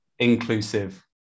Inclusive